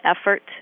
effort